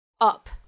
up